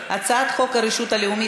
ההצעה להעביר את הצעת חוק הרשות הלאומית